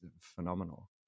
phenomenal